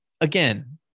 again